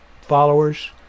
followers